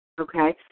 okay